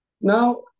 Now